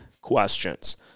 questions